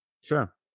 Sure